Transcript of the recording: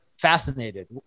fascinated